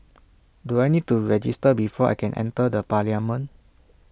do I need to register before I can enter the parliament